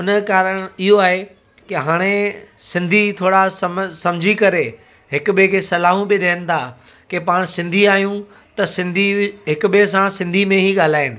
हुनजो कारण इहो आहे की हाणे सिंधी थोरा समुझ समुझी करे हिकु ॿिए खे सलाहूं बि ॾियनि था की पाणि सिंधी आहियूं त सिंधी हिकु ॿिए सां सिंधी में ई ॻाल्हाइनि